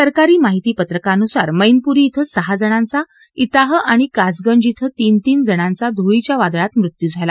सरकारी माहिती पत्रकानुसार मैनपुरी बें सहा जणांचा त्रिाह आणि कसगंज बें तीन तीन जणांचा धुळीच्या वादळात मृत्यू झाला